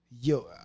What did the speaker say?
Yo